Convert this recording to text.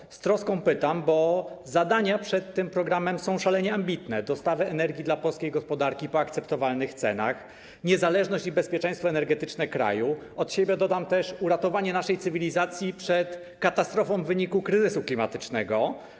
Pytam z troską, bo zadania postawione przed tym programem są szalenie ambitne - dostawy energii dla polskiej gospodarki po akceptowalnych cenach, niezależność i bezpieczeństwo energetyczne kraju, od siebie dodam też uratowanie naszej cywilizacji przed katastrofą w wyniku kryzysu klimatycznego.